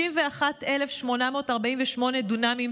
61,848 דונמים,